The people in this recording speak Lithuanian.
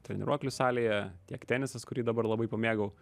treniruoklių salėje tiek tenisas kurį dabar labai pamėgau